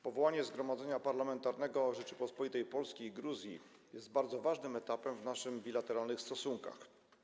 Powołanie Zgromadzenia Parlamentarnego Rzeczypospolitej Polskiej i Gruzji jest bardzo ważnym etapem w naszych bilateralnych stosunkach.